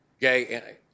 gay